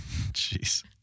Jeez